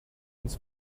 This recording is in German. uns